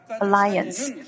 alliance